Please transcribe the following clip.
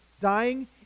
dying